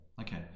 okay